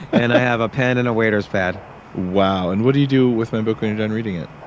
and i have a pen and a waiter's pad wow. and what do you do with my book when you're done reading it?